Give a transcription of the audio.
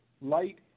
light